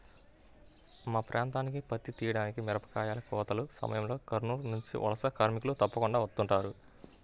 మా ప్రాంతానికి పత్తి తీయడానికి, మిరపకాయ కోతల సమయంలో కర్నూలు నుంచి వలస కార్మికులు తప్పకుండా వస్తుంటారు